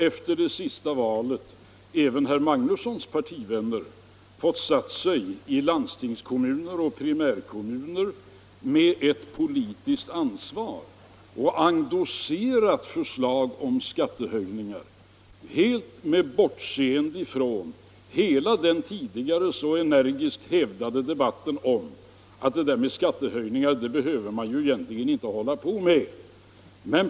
Efter det senaste valet har ju även herr Magnussons partivänner i landstingskommuner och primärkommuner fått ta ett politiskt ansvar och endossera förslag om skattehöjningar med bortseende från vad man tidigare så energiskt hävdat, nämligen att det där med skattehöjningar behöver man egentligen inte hålla på med.